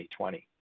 2020